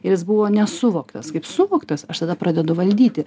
ir jis buvo nesuvoktas kaip suvoktas aš tada pradedu valdyti